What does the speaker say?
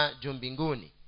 jumbinguni